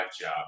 job